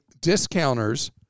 discounters